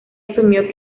asumió